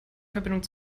verbindung